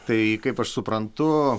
tai kaip aš suprantu